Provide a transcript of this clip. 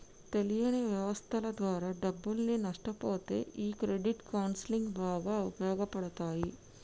తెలియని వ్యవస్థల ద్వారా డబ్బుల్ని నష్టపొతే ఈ క్రెడిట్ కౌన్సిలింగ్ బాగా ఉపయోగపడతాయి